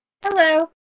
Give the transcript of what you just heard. Hello